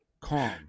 calm